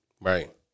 Right